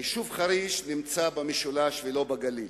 היישוב חריש נמצא במשולש ולא בגליל.